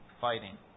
fighting